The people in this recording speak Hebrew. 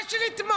מה יש לי לתמוך?